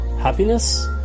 happiness